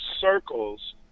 circles